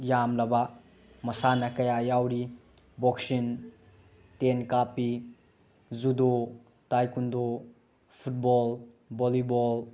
ꯌꯥꯝꯂꯕ ꯃꯁꯥꯟꯅ ꯀꯌꯥ ꯌꯥꯎꯔꯤ ꯕꯣꯛꯁꯤꯟ ꯇꯦꯟ ꯀꯥꯞꯄꯤ ꯖꯨꯗꯣ ꯇꯥꯏꯀꯨꯟꯗꯣ ꯐꯨꯠꯕꯣꯜ ꯕꯣꯜꯂꯤꯕꯣꯜ